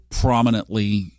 prominently